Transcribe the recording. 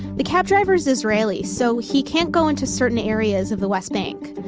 the cab driver's israeli so he can't go into certain areas of the west bank.